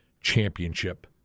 Championship